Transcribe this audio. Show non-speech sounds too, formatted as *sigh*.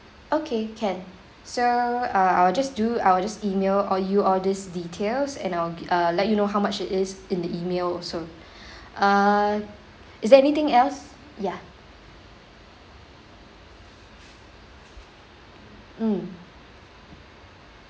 okay can so uh I'll just do I will just email all you all these details and I'll g~ uh let you know how much it is in the email also *breath* err *breath* is there anything else ya mm